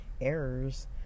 errors